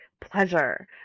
pleasure